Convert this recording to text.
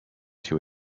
two